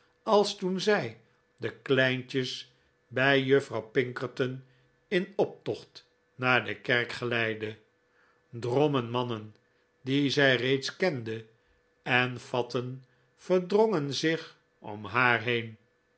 als toen zij de kleintjes bij juffrouw pinkerton in optocht naar de kerk geleidde drommen mannen die zij reeds kende en fatten verdrongen zich om haar heen